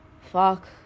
fuck